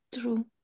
True